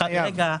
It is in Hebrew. רגע.